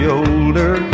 older